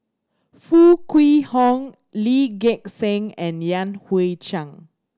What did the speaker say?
Foo Kwee Horng Lee Gek Seng and Yan Hui Chang